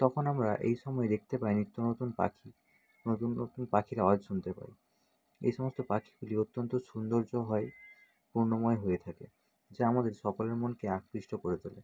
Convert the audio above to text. তখন আমরা এই সময় দেখতে পাই নিত্য নতুন পাখি নতুন নতুন পাখির আওয়াজ শুনতে পাই এই সমস্ত পাখিগুলি অত্যন্ত সৌন্দর্য হয় পূর্ণময় হয়ে থাকে যা আমাদের সকলের মনকে আকৃষ্ট করে তোলে